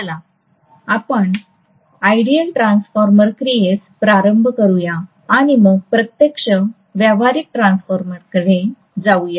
चला आपण ideal transformer क्रियेस प्रारंभ करूया आणि मग प्रत्यक्ष व्यावहारिक ट्रान्सफॉर्मरकडे जाऊया